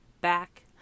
back